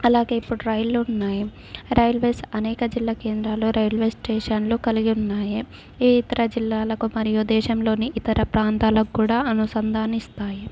అలాగే ఇప్పుడు రైళ్లు ఉన్నాయి రైల్వేస్ అనేక జిల్లా కేంద్రాలు రైల్వే స్టేషన్లు కలిగి ఉన్నాయి ఇ ఇతర జిల్లాలకు మరియు దేశంలోని ఇతర ప్రాంతాలకు కూడా అనుసంధాన్నిస్తాయి